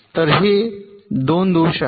तर हे 2 दोष आहेत